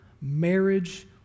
marriage